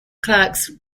clerks